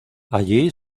allí